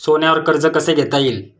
सोन्यावर कर्ज कसे घेता येईल?